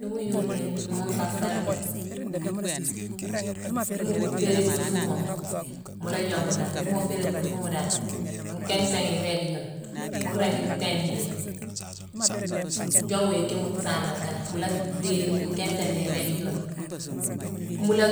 Nii mu yuuni mongkane a saadode, nii mu féérine purfumama, mu la yongu nangh, nii ma féérine purfumama dan, nkinghsone iréég yune, mu ringi tééne yi, jongu yi kiine mu saana nangh kanane. Mu la dhéye nkinghsone iréég yune, mu la